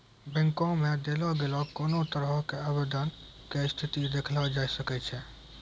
बैंको मे देलो गेलो कोनो तरहो के आवेदन के स्थिति देखलो जाय सकै छै